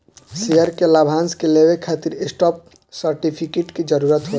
share के लाभांश के लेवे खातिर स्टॉप सर्टिफिकेट के जरूरत होला